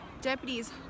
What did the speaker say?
Deputies